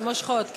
מושכות.